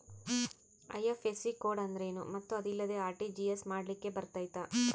IFSC code ಅಂದ್ರೇನು ಮತ್ತು ಅದಿಲ್ಲದೆ ಆರ್.ಟಿ.ಜಿ.ಎಸ್ ಮಾಡ್ಲಿಕ್ಕೆ ಬರ್ತೈತಾ?